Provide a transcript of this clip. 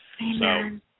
Amen